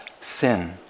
sin